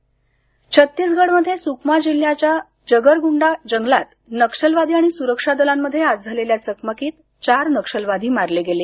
नक्षलवादी चकमक छत्तीसगडमध्ये सुकमा जिल्ह्याच्या जगरगुंडा जंगलात नक्षलवादी आणि सुरक्षा दलांमध्ये आज झालेल्या चकमकीत चार नक्षलवादी मारले गेले